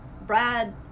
Brad